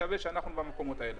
זה שווה שאנחנו במקומות האלה.